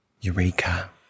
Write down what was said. Eureka